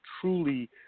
truly